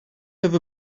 have